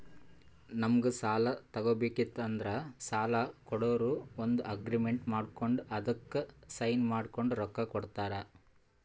ನಮ್ಗ್ ಸಾಲ ತಗೋಬೇಕಿತ್ತು ಅಂದ್ರ ಸಾಲ ಕೊಡೋರು ಒಂದ್ ಅಗ್ರಿಮೆಂಟ್ ಮಾಡ್ಕೊಂಡ್ ಅದಕ್ಕ್ ಸೈನ್ ಮಾಡ್ಕೊಂಡ್ ರೊಕ್ಕಾ ಕೊಡ್ತಾರ